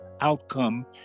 outcome